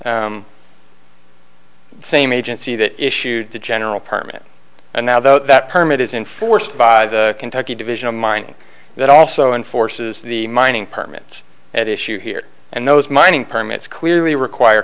the same agency that issued the general permit and now though that permit is enforced by the kentucky division of mining that also enforces the mining permits at issue here and those mining permits clearly require